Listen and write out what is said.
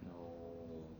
no